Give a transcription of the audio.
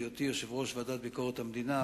בהיותי יושב-ראש ועדת ביקורת המדינה,